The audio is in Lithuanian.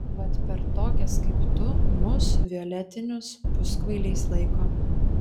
vat per tokias kaip tu mus violetinius puskvailiais laiko